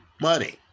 money